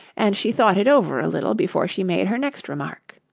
and she thought it over a little before she made her next remark.